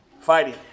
fighting